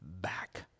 back